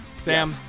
Sam